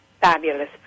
fabulous